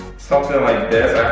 something like this,